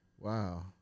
Wow